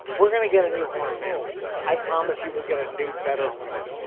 we're gonna get a new horn man i promise you we'll get a new, better horn.